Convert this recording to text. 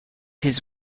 his